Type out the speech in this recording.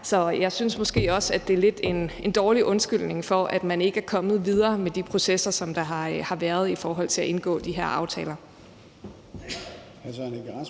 Så jeg synes måske også, at det er lidt en dårlig undskyldning for, at man ikke er kommet videre med de processer, der har været i forhold til at indgå de her aftaler.